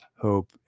hope